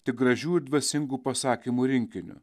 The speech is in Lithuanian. tik gražių ir dvasingų pasakymų rinkiniu